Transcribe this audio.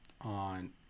on